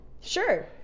Sure